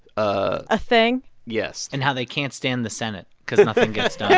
a a thing yes and how they can't stand the senate cause nothing gets done